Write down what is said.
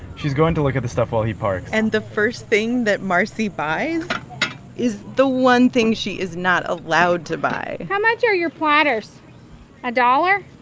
she's going to look at the stuff while he parks and the first thing that marcie buys is the one thing she is not allowed to buy how much are your platters a dollar?